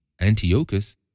Antiochus